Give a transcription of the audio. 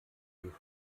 die